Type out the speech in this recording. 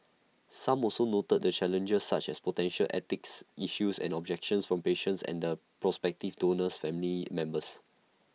some also noted the challenges such as potential ethics issues and objections from patients and the prospective donor's family members